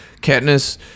Katniss